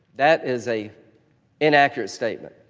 that is a inaccurate statement.